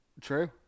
True